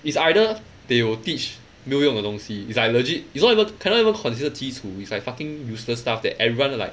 it's either they will teach 没有用的东西 it's like legit it's not even cannot even consider 基础 it's like fucking useless stuff that everyone like